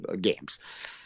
games